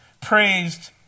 praised